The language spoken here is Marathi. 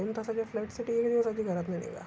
दोन तासाच्या फ्लाईटसाठी एक दिवस आधी घरातनं निघा